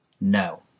No